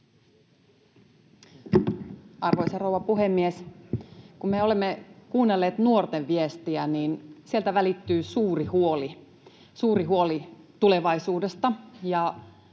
Arvoisa rouva puhemies! Kun me olemme kuunnelleet nuorten viestiä, niin sieltä välittyy suuri huoli, suuri